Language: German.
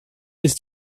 ist